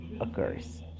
occurs